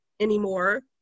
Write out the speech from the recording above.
anymore